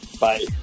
Bye